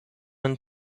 and